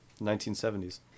1970s